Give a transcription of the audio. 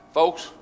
folks